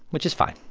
which is fine.